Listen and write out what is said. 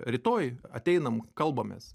rytoj ateinam kalbamės